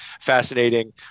fascinating